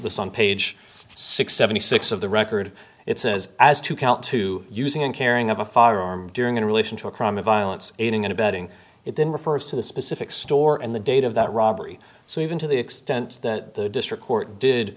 this on page six seventy six of the record it says as to count two using and carrying of a firearm during in relation to a crime of violence aiding and abetting it then refers to the specific store and the date of that robbery so even to the extent that the district court did